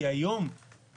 כי לא לך,